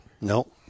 No